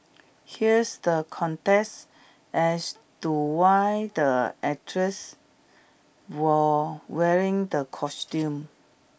here's the contest as to why the actresses were wearing the costumes